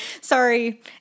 sorry